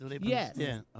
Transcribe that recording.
Yes